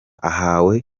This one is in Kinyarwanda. ahawe